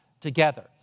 together